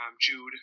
Jude